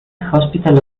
hospital